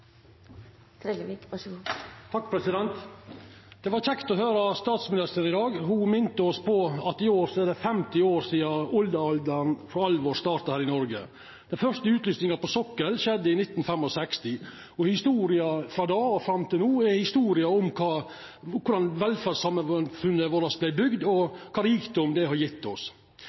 Det var kjekt å høyra statsministeren i dag. Ho minte oss på at i år er det 50 år sidan oljealderen for alvor starta i Noreg. Den første utlysinga på sokkelen skjedde i 1965, og historia frå då og fram til no er historia om korleis velferdssamfunnet vårt vart bygd, og kva rikdom det har gjeve oss.